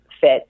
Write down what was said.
fit